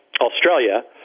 Australia